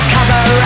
Cover